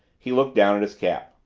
he looked down at his cap.